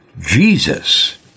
Jesus